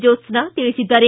ಜೋತ್ಸ್ನಾ ತಿಳಿಸಿದ್ದಾರೆ